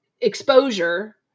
exposure